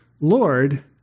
Lord